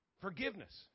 forgiveness